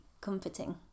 comforting